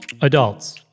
Adults